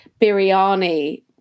biryani